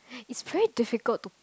it's very difficult to pick